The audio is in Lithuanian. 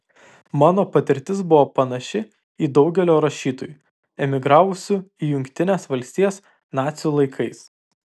mano patirtis buvo panaši į daugelio rašytojų emigravusių į jungtines valstijas nacių laikais